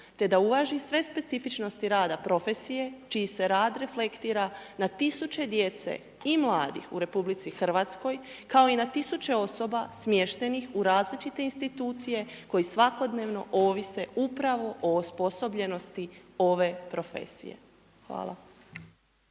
te da uvaži sve specifičnosti rada profesije čiji se rad reflektira na tisuće djece i mladih u RH kao i na tisuće osoba smještenih u različite institucije koji svakodnevno ovise upravo o osposobljenosti ove profesije. Hvala.